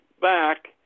back